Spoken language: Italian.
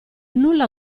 nulla